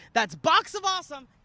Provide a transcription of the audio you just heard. that's box of awesome.